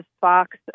Fox